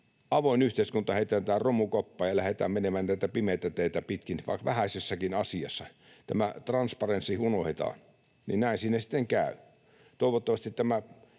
avoin yhteiskunta heitetään romukoppaan ja lähdetään menemään näitä pimeitä teitä pitkin, vaikka vähäisessäkin asiassa, ja tämä ”transparency” unohdetaan, niin näin